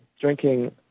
Drinking